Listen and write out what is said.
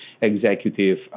executive